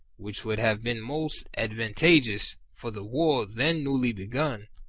which would have been most advantageous for the war then newly begun,